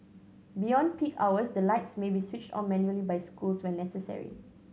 beyond peak hours the lights may be switched on manually by schools when necessary